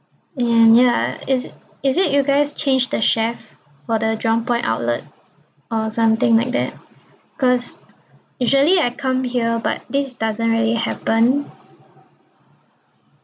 and ya is it is it you guys change the chef for the jurong point outlet or something like that cause usually I come here but this doesn't really happen